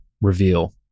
reveal